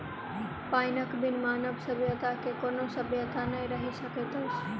पाइनक बिन मानव सभ्यता के कोनो सभ्यता नै रहि सकैत अछि